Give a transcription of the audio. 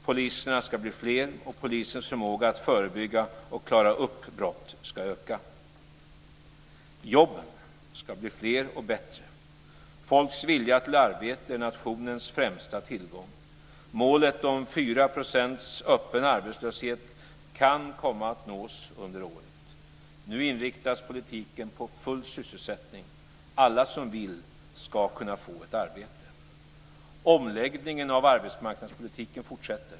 Poliserna ska bli fler och polisens förmåga att förebygga och klara upp brott ska öka. Jobben ska bli fler och bättre. Folkets vilja till arbete är nationens främsta tillgång. Målet om 4 % öppen arbetslöshet kan komma att nås under året. Nu inriktas politiken på full sysselsättning. Alla som vill ska kunna få ett arbete. Omläggningen av arbetsmarknadspolitiken fortsätter.